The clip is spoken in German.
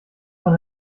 von